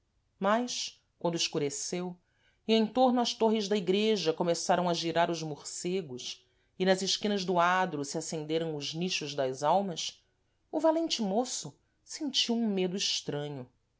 mas quando escureceu e em tôrno às tôrres da igreja começaram a girar os morcegos e nas esquinas do adro se acenderam os nichos das almas o valente môço sentiu um medo estranho